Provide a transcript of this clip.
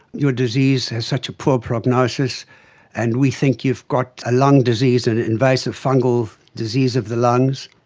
your disease has such a poor prognosis and we think you've got a lung disease, an invasive fungal disease of the lungs.